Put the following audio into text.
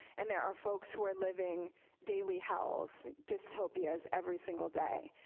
and there are folks who are living daily hells, dystopias, every single day.